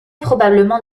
probablement